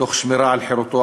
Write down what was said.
תוך שמירה על חירותו,